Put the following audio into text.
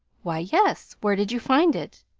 why yes, where did you find it?